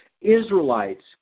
Israelites